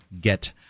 get